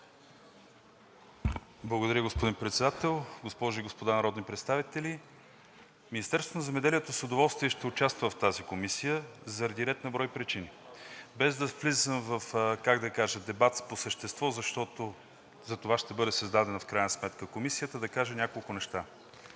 Благодаря, господин Председател. Госпожи и господа народни представители, Министерството на земеделието с удоволствие ще участва в тази комисия заради ред причини. Без да влизам в дебат по същество, защото за това ще бъде създадена в крайна сметка Комисията, да кажа няколко неща.